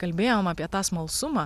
kalbėjom apie tą smalsumą